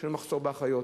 יש לנו מחסור באחיות,